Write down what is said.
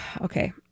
Okay